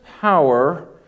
power